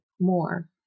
more